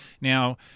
Now